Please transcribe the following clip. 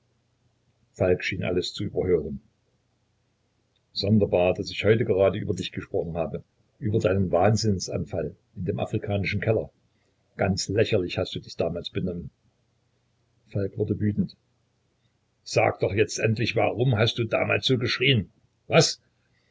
falk schien alles zu überhören sonderbar daß ich heute gerade über dich gesprochen habe über deinen wahnsinnsanfall in dem afrikanischen keller ganz lächerlich hast du dich damals benommen falk wurde wütend sag doch jetzt endlich warum hast du damals so geschrien was